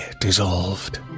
dissolved